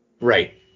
Right